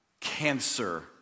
cancer